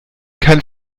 kein